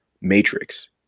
matrix